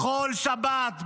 בכל שבת,